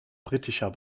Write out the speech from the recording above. britischer